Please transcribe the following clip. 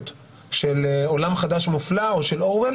של עולם חדש מופלא או של אורוול,